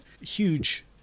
huge